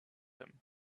him